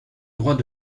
droits